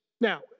Now